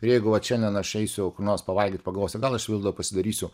ir jeigu vat šiandien aš eisiu kur nors pavalgyt paglostyt gal ašvis dėlto pasidarysiu